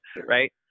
right